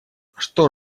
что